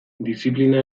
diziplina